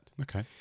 Okay